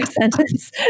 sentence